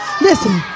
Listen